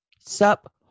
Sup